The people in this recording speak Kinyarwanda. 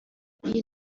iyi